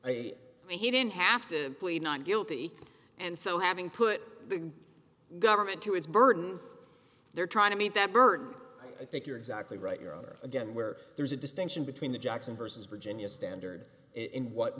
evidence he didn't have to plead not guilty and so having put big government to his burden they're trying to meet that burden i think you're exactly right your honor again where there's a distinction between the jackson versus virginia standard in what